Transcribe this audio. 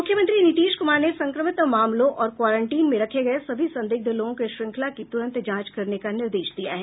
मुख्यमंत्री नीतीश कुमार ने संक्रमित मामलों और क्वारंटीन में रखे गए सभी संदिग्ध लोगों के श्रृंखला की तुरंत जांच करने का निर्देश दिया है